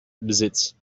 besitzt